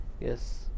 yes